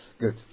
Good